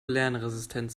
lernresistent